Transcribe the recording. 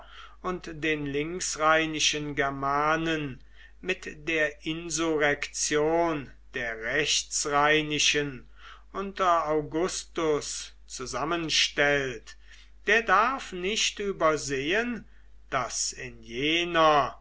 und den linksrheinischen germanen mit der insurrektion der rechtsrheinischen unter augustus zusammenstellt der darf nicht übersehen daß in jener